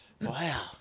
Wow